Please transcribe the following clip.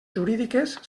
jurídiques